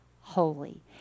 holy